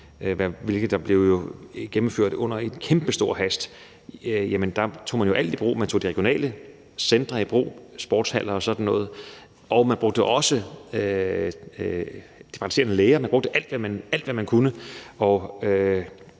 hvilket blev gennemført i stor hast, tog man jo alt i brug – man tog regionale centre i brug, sportshaller og sådan noget, og man brugte også de praktiserende læger. Man brugte alt, hvad man kunne.